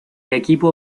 equipo